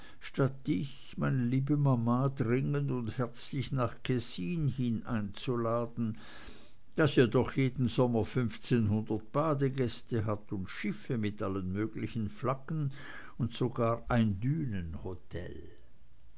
statt dich meine liebe mama dringend und herzlich nach kessin hin einzuladen das ja doch jeden sommer fünfzehnhundert badegäste hat und schiffe mit allen möglichen flaggen und sogar ein